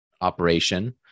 operation